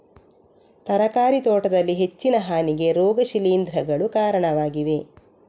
ತರಕಾರಿ ತೋಟದಲ್ಲಿ ಹೆಚ್ಚಿನ ಹಾನಿಗೆ ರೋಗ ಶಿಲೀಂಧ್ರಗಳು ಕಾರಣವಾಗಿವೆ